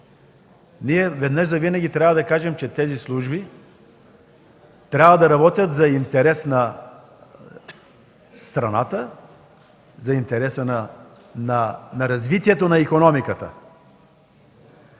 Ние веднъж завинаги трябва да кажем, че службите трябва да работят за интереса на страната, за развитието на икономиката.